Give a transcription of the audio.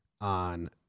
on